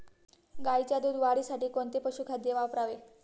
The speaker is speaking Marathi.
गाईच्या दूध वाढीसाठी कोणते पशुखाद्य वापरावे?